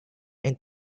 and